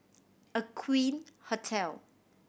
Aqueen Hotel